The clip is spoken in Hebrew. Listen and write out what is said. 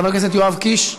חבר הכנסת יואב קיש.